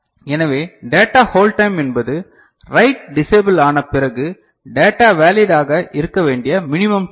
எனவே data hold time என்பது write disable ஆன பிறகு டேட்டா வேலிட் ஆக இருக்க வேண்டிய மினிமம் டைம்